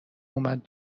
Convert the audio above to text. اومد